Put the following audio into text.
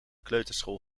kleuterschool